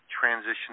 transition